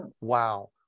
wow